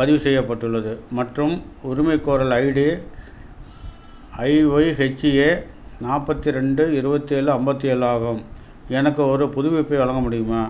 பதிவு செய்யப்பட்டுள்ளது மற்றும் உரிமைகோரல் ஐடி ஐஒய்ஹெச்ஏ நாற்பத்தி ரெண்டு இருவத்தேழு அம்பத்தேழு ஆகும் எனக்கு ஒரு புதுப்பிப்பை வழங்க முடியுமா